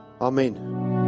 amen